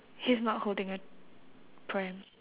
he's not holding a pram